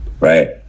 Right